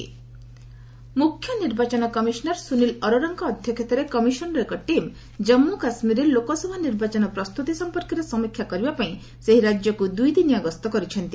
JK ECI ମୁଖ୍ୟ ନିର୍ବାଚନ commissioner Sunil ଅରୋରାଙ୍କ ଅଧ୍ୟକ୍ଷତାରେ କମିଶନ୍ ର ଏକ ଦଳ ଜାନ୍ମୁ କାଶ୍ମୀରରେ ଲୋକସଭା ନିର୍ବାଚନ ପ୍ରସ୍ତୁତି ସଂପର୍କରେ ସମୀକ୍ଷା କରିବା ପାଇଁ ସେହି ରାଜ୍ୟକୁ ଦୁଇଦିନିଆ ଗସ୍ତ କରିଛନ୍ତି